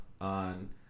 on